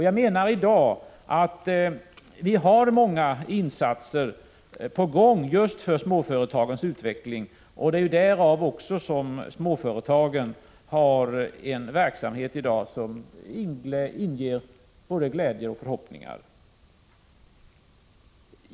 Jag menar i dag att mycket är Om SE på gång vad gäller insatser för just småföretagens utveckling. Det är därför Fe ER som småföretagen i dag har en verksamhet som inger både glädje och FS OSSAnEN m.m. förhoppningar.